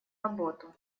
работу